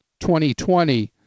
2020